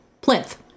Plinth